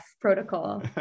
protocol